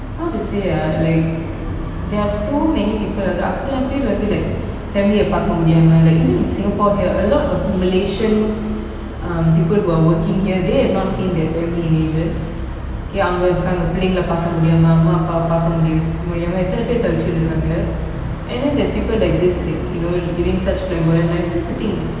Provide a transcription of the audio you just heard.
how to say ah like there are so many people அத்தனை பேர்:athanai per like family அ பார்க்க முடியாம:a parka mudiyama like even in singapore here a lot of malaysian um people who are working here they have not seen their family in ages K பிள்ளைங்களை பார்க்க முடியாம அம்மா அப்பாவை பார்க்க முடியாம எத்தனை பேரு தவிச்சிட்டு இருக்காங்க:pillaingalaparka mudiyama amma appavai paarka mudiyama ennatha peru thavichitu irukaanga and then there's people like this like you know living such flamboyant lives that's the thing